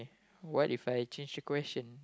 what If I change the question